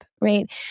right